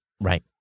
right